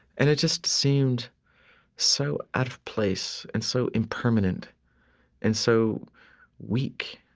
and it just seemed so out of place and so impermanent and so weak,